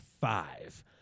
five